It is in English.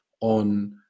on